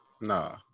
Nah